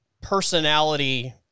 personality